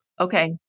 Okay